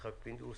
יצחק פינדרוס,